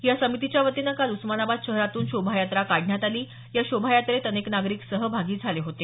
या समितीच्या वतीनं काल उस्मानाबाद शहरातून शोभायात्रा काढण्यात आली या शोभायात्रेत अनेक नागरिक सहभागी झाले होते